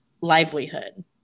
livelihood